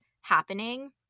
happening